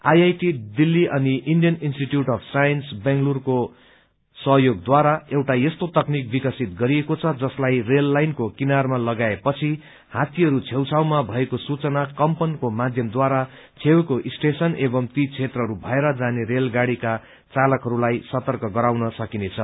IIT Delhi अनि Indian Institute of Science बेंगलोरको सहयोगद्वारा एउटा तकनिक विकसित गरिएको छ जसलाई रेल लाइनको किनारमा लगाइए पछि हायीहरू छेउछाउमा भएको सूचना कम्पनको माध्यमद्वारा छेउैको स्टेशन एवं ती क्षेत्रहरू भएर जाने रेलगाड़ीका चालकहरूलाई सर्तक गराउन सकिनेछ